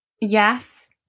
yes